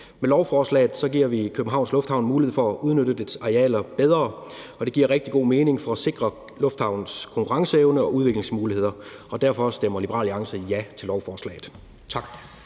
Med lovforslaget giver vi Københavns Lufthavn mulighed for at udnytte dens arealer bedre, og det giver rigtig god mening for at sikre lufthavnens konkurrenceevne og udviklingsmuligheder. Derfor stemmer Liberal Alliance ja til lovforslaget. Tak.